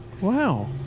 Wow